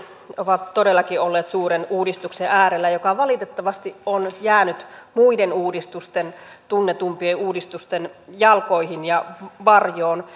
ovat todellakin olleet suuren uudistuksen äärellä joka valitettavasti on jäänyt muiden uudistusten tunnetumpien uudistusten jalkoihin ja varjoon